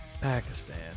pakistan